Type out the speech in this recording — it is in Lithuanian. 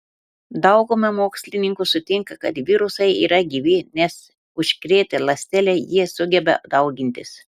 dauguma mokslininkų sutinka kad virusai yra gyvi nes užkrėtę ląstelę jie sugeba daugintis